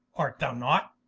art thou not?